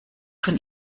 von